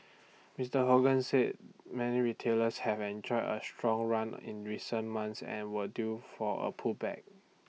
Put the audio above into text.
Mister Hogan said many retailers have enjoy A strong run in recent months and were due for A pullback